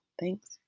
Thanks